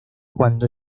cuando